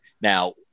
Now